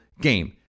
game